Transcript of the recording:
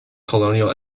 colonial